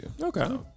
Okay